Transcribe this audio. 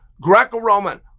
Greco-Roman